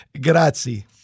grazie